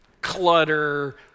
Clutter